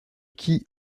qui